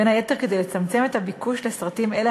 בין היתר כדי לצמצם את הביקוש לסרטים אלה